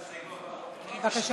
בבקשה.